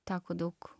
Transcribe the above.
teko daug